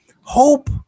Hope